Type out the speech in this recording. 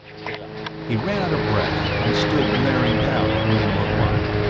he ran out of breath and stood glaring down at raynor one,